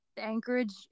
anchorage